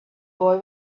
boy